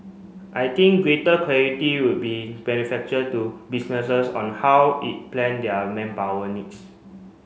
I think greater clarity would be to businesses on how it plan their manpower needs